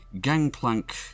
gangplank